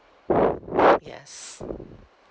yes